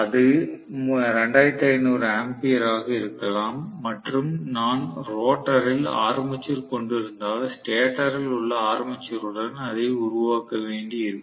அது 2500 ஆம்பியர் ஆக இருக்கலாம் மற்றும் நான் ரோட்டரில் ஆர்மேச்சர் கொண்டிருந்தால் ஸ்டேட்டரில் உள்ள ஆர்மேச்சருடன் அதை உருவாக்க வேண்டி இருக்கும்